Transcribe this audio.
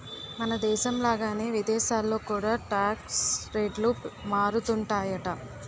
మనదేశం లాగానే విదేశాల్లో కూడా టాక్స్ రేట్లు మారుతుంటాయట